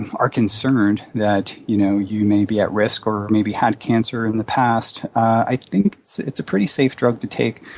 are concerned that you know you may be at risk or maybe had cancer in the past, i think it's a pretty safe drug to take.